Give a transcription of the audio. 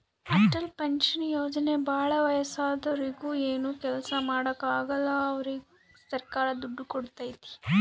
Atal pension ಯೋಜನೆ ಭಾಳ ವಯಸ್ಸಾದೂರಿಗೆ ಏನು ಕೆಲ್ಸ ಮಾಡಾಕ ಆಗಲ್ಲ ಅವ್ರಿಗೆ ಸರ್ಕಾರ ದುಡ್ಡು ಕೋಡ್ತೈತಿ